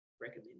recommend